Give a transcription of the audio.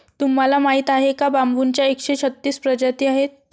तुम्हाला माहीत आहे का बांबूच्या एकशे छत्तीस प्रजाती आहेत